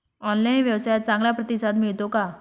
Online व्यवसायात चांगला प्रतिसाद मिळतो का?